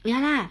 ya